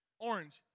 Orange